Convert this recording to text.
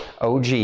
OG